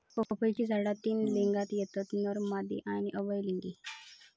पपईची झाडा तीन लिंगात येतत नर, मादी आणि उभयलिंगी